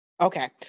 Okay